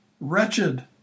wretched